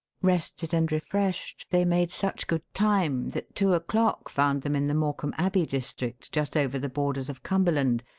rested and refreshed, they made such good time that two o'clock found them in the morcam abbey district, just over the borders of cumberland,